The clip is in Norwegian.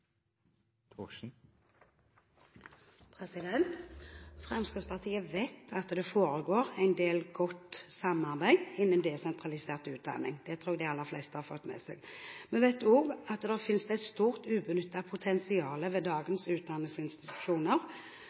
Fremskrittspartiet vet at det foregår en del godt samarbeid innen desentralisert utdanning – det tror jeg de aller fleste har fått med seg. Vi vet også at det finnes et stort ubenyttet potensial ved dagens utdanningsinstitusjoner,